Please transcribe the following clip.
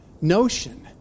notion